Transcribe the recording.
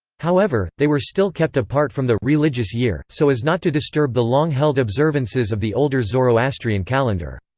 however, they were still kept apart from the religious year, so as not to disturb the long-held observances of the older zoroastrian calendar.